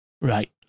Right